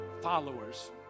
followers